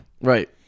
right